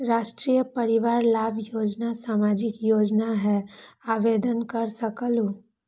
राष्ट्रीय परिवार लाभ योजना सामाजिक योजना है आवेदन कर सकलहु?